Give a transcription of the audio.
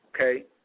okay